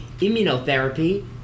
immunotherapy